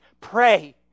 Pray